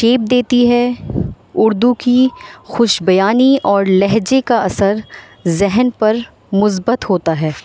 shape دیتی ہے اردو کی خوش بیانی اور لہجے کا اثر ذہن پر مثبت ہوتا ہے